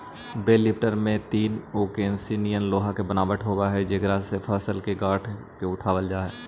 बेल lifter में तीन ओंकसी निअन लोहा के बनावट होवऽ हई जेकरा से फसल के गाँठ के उठावल जा हई